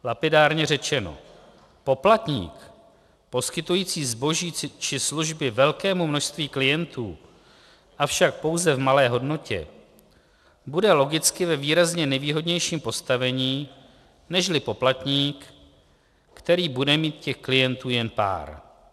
Lapidárně řečeno: poplatník poskytující zboží či služby velkému množství klientů, avšak pouze v malé hodnotě, bude logicky ve výrazně nevýhodnějším postavení nežli poplatník, který bude mít těch klientů jen pár.